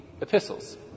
epistles